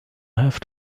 have